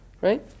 right